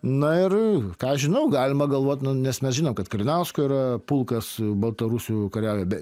na ir ką aš žinau galima galvot nu nes mes žinom kad kalinauskui yra pulkas baltarusių kariauja bet